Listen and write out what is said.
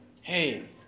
Hey